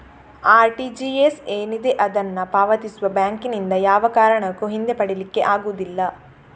RTGS ಏನಿದೆ ಅದನ್ನ ಪಾವತಿಸುವ ಬ್ಯಾಂಕಿನಿಂದ ಯಾವ ಕಾರಣಕ್ಕೂ ಹಿಂದೆ ಪಡೀಲಿಕ್ಕೆ ಆಗುದಿಲ್ಲ